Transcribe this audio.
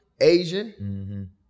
Asian